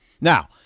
Now